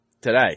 today